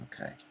okay